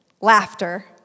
laughter